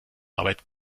arbeit